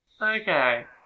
Okay